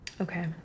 Okay